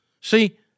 See